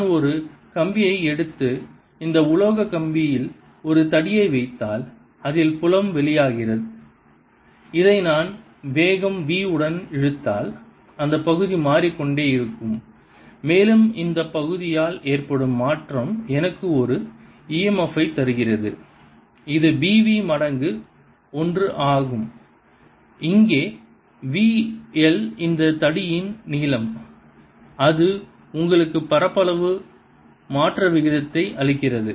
நான் ஒரு கம்பியை எடுத்து இந்த உலோக கம்பியில் ஒரு தடியை வைத்தால் அதில் புலம் வெளியே வருகிறது இதை நான் வேகம் v உடன் இழுத்தால் அந்த பகுதி மாறிக்கொண்டே இருக்கும் மேலும் இந்த பகுதியில் ஏற்படும் மாற்றம் எனக்கு ஒரு emf ஐ தருகிறது இது bv மடங்கு l ஆகும் இங்கே Vl இந்த தடியின் நீளம் அது உங்களுக்கு பரப்பளவு மாற்ற விகிதத்தை அளிக்கிறது